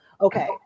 Okay